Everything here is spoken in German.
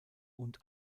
und